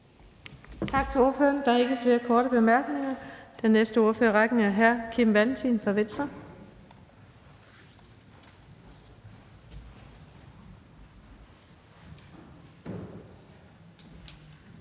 Tak til ordføreren. Der er ikke flere korte bemærkninger. Den næste ordfører i rækken er hr. Kim Valentin fra Venstre. Kl.